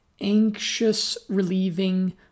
anxious-relieving